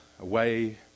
Away